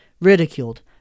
ridiculed